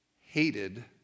hated